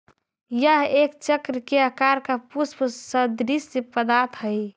यह एक चक्र के आकार का पुष्प सदृश्य पदार्थ हई